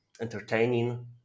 entertaining